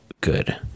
good